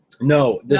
No